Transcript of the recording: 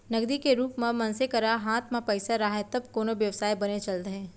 नगदी के रुप म मनसे करा हात म पइसा राहय तब कोनो बेवसाय बने चलथे